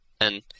and-